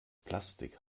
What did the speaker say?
plastik